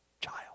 child